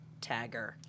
tagger